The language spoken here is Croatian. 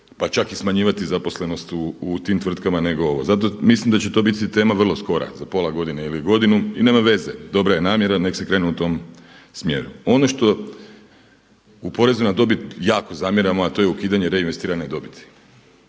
pa čak i smanjivati zaposlenost u tim tvrtkama nego ovo. Zato mislim da će to biti tema vrlo skora za pola godine ili godinu i nema veze dobra je namjera nek se krene u tom smjeru. Ono što u porezima na dobit jako zamjeramo a to je ukidanje reinvestirane dobiti.